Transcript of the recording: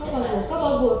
that's what I'd say